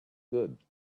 good